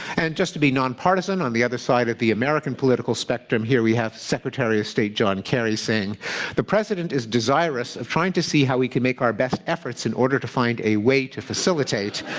and just to be nonpartisan, on the other side of the american political spectrum, here we have secretary of state john kerry saying the president is desirous of trying to see how we can make our best efforts in order to find a way to facilitate.